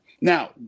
Now